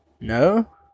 No